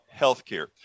healthcare